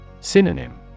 Synonym